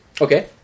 Okay